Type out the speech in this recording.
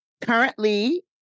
Currently